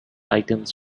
items